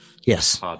yes